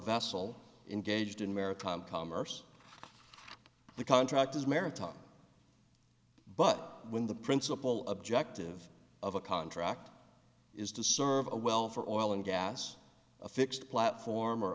vessel engaged in maritime commerce the contract is maritime but when the principal objective of a contract is to serve a well for oil and gas a fixed platform or